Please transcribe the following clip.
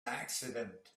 accident